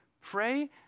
Pray